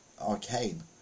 arcane